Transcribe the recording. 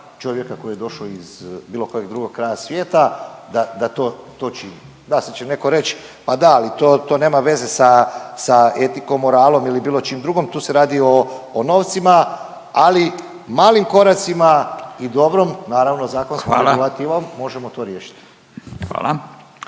čovjeka koji je došo iz bilo kojeg drugog kraja svijeta da to čini. Da, sad će neko reć, pa da ali to nema veze sa etikom, moralom ili bilo čim drugom tu se radi o novcima, ali malim koracima i dobrom naravno zakonskom …/Upadica Radin: Hvala./…